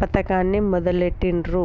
పథకాన్ని మొదలుబెట్టిర్రు